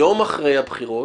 יום אחרי הבחירות,